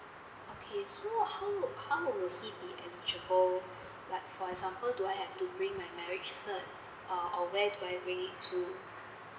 okay so how how would he be eligible like for example do I have to bring my marriage cert uh or where do I bring it to